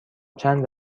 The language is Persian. چند